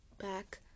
back